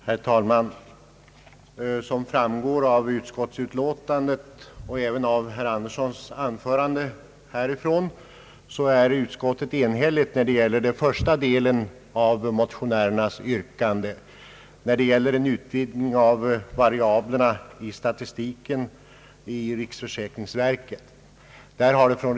Herr talman! Som framgår av utskottsutlåtandet och även av herr Anderssons anförande är utskottet enhälligt när det gäller den första delen av motionärernas yrkande, som avser en utvidgning av variablerna i riksförsäkringsverkets statistik.